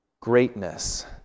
Greatness